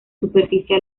superficie